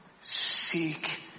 seek